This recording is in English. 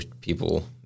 people